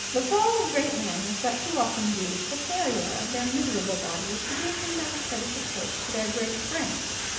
the fall of great men is but too often due to the failure of their miserable bodies to give the necessary support to their great brains.